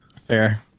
Fair